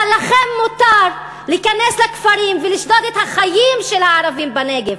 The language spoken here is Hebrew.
אבל לכם מותר להיכנס לכפרים ולשדוד את החיים של הערבים בנגב,